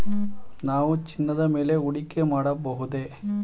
ನಾವು ಚಿನ್ನದ ಮೇಲೆ ಹೂಡಿಕೆ ಮಾಡಬಹುದೇ?